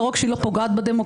לא רק שהיא לא פוגעת בדמוקרטיה,